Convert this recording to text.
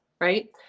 right